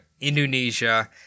indonesia